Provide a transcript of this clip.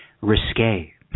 risque